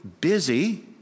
busy